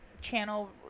channel